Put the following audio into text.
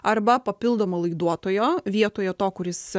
arba papildomo laiduotojo vietoje to kuris